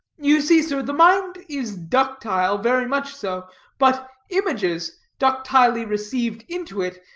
you see sir, the mind is ductile, very much so but images, ductilely received into it,